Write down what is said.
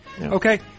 Okay